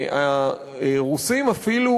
והרוסים אפילו,